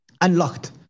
unlocked